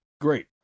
great